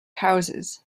houses